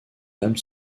l’âme